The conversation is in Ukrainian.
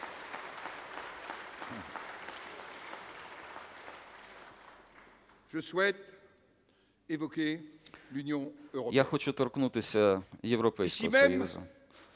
Я хочу торкнутися Європейського Союзу.